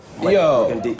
Yo